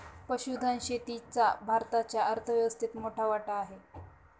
पशुधन शेतीचा भारताच्या अर्थव्यवस्थेत मोठा वाटा आहे